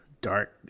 dark